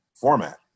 format